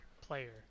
player